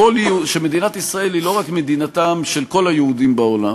שמדינת ישראל היא לא רק מדינתם של כל היהודים בעולם,